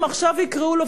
אם עכשיו יקראו לו,